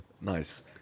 Nice